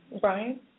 Brian